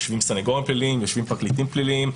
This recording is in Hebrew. יושבים סנגורים פליליים, יושבים פרקליטים פליליים,